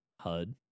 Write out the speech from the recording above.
HUD